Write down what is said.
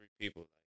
people